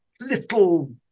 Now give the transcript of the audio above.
little